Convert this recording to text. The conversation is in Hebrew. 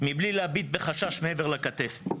מבלי להביט בחשש מעבר לכתף.